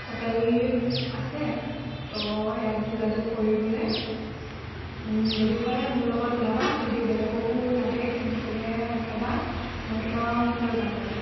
কটাৰী আছে তো ইয়াত যোগাযোগ কৰিবলৈ যদি হয় মোৰ লগত ওলাবা যদি বেলেগকো লাগে তেনেহ'লে ক'বা মই তোমাক লৈ যাম বাৰু